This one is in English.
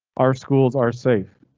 our schools are safe.